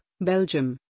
belgium